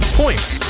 points